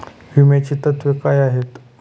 विम्याची तत्वे काय आहेत?